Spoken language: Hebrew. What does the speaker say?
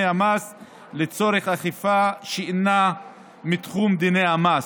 המס לצורך אכיפה שאינה מתחום דיני המס.